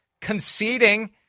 conceding